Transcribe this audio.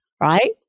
right